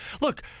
look